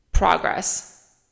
Progress